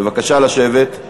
בבקשה לשבת.